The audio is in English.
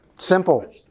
Simple